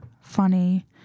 funny